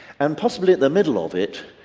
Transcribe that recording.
and possibly, at the middle of it,